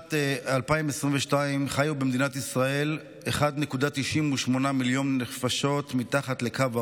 בשנת 2022 חיו במדינת ישראל 1.98 מיליון נפשות מתחת לקו העוני,